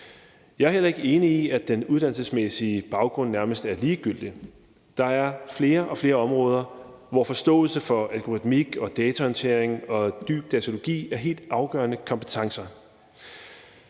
Jeg er heller ikke enig i, at den uddannelsesmæssige baggrund nærmest er ligegyldig. Der er flere og flere områder, hvor forståelse for algoritmik, datahåndtering og dyb datalogi er helt afgørende kompetencer.